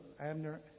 Abner